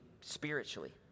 spiritually